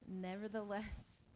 nevertheless